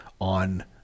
on